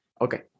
Okay